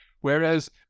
Whereas